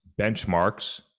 benchmarks